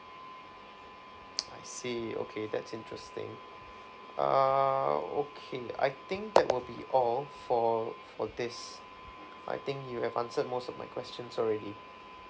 I see okay that's interesting err okay I think that will be all for for this I think you have answered most of my questions already